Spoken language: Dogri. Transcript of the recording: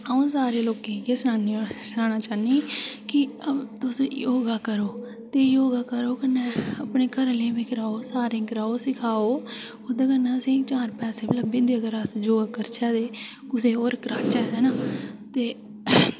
अ'ऊं सारे लोकें ई इ'यै सनानी सनाना चाह्न्नी की तुस योगा करो ते योगा करो ते कन्नै अपने घरा आह्लें ई बी कराओ सारें ई कराओ ते सिखाओ ओह्दे कन्नै असें ई चार पैसे बी लब्भी जन्दे अगर अस योगा करचै ते कुसै होर कराचै हैना ते